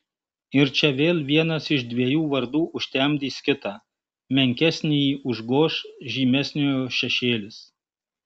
ir čia vėl vienas iš dviejų vardų užtemdys kitą menkesnįjį užgoš žymesniojo šešėlis